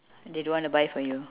they don't want to buy for you